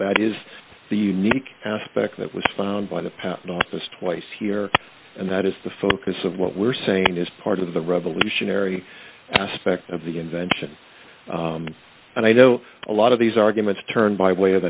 that is the unique aspect that was found by the patent office twice here and that is the focus of what we're saying is part of the revolutionary aspect of the invention and i know a lot of these arguments turn by way of